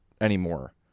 anymore